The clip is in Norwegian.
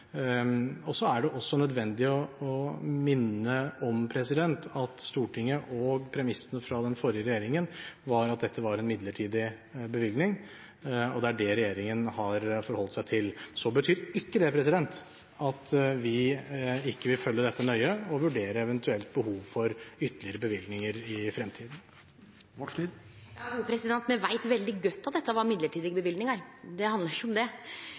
Så er det også nødvendig å minne Stortinget om at premissene fra den forrige regjeringen var at dette var en midlertidig bevilgning, og det er det regjeringen har forholdt seg til. Så betyr ikke det at vi ikke vil følge dette nøye og vurdere eventuelt behov for ytterligere bevilgninger i fremtiden. Me veit veldig godt at dette var mellombelse løyvingar, det handlar ikkje om det.